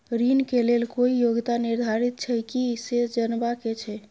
ऋण के लेल कोई योग्यता निर्धारित छै की से जनबा के छै?